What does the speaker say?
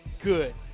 good